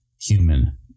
human